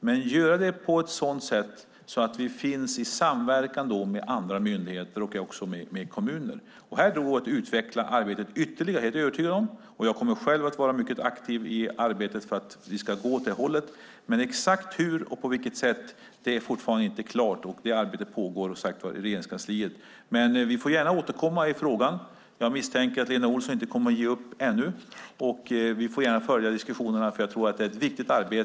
Men vi ska göra det på ett sådant sätt att vi finns i samverkan med andra myndigheter och också med kommuner. Jag är helt övertygad om att det går att utveckla arbetet ytterligare. Jag kommer själv att vara mycket aktiv i arbetet för att det ska gå åt det hållet. Men exakt hur och på vilket sätt det ska ske är fortfarande inte klart, och det arbetet pågår, som sagt var, i Regeringskansliet. Men vi kan gärna återkomma i frågan. Jag misstänker att Lena Olsson inte kommer att ge upp ännu. Vi får följa diskussionerna, för jag tror att det är ett viktigt arbete.